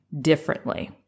differently